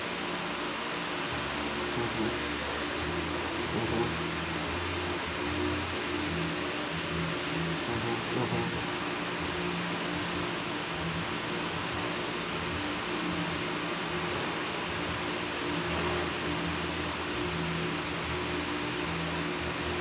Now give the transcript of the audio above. mmhmm mmhmm mmhmm mmhmm